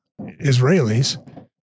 Israelis